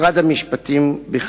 1 4. משרד המשפטים בכלל,